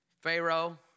Pharaoh